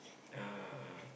uh